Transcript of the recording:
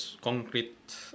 concrete